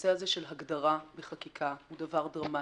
הנושא הזה של הגדרה בחקיקה הוא דבר דרמטי,